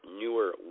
newer